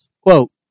quote